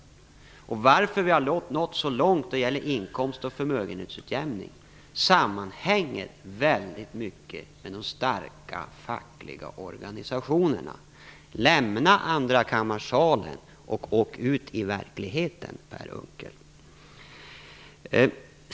Att vi nått så långt när det gäller inkomst och förmögenhetsutjämning sammanhänger i hög grad med de starka fackliga organisationerna. Lämna andrakammarsalen och åk ut i verkligheten, Per Unckel!